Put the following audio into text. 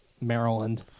Maryland